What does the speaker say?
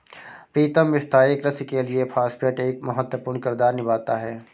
प्रीतम स्थाई कृषि के लिए फास्फेट एक महत्वपूर्ण किरदार निभाता है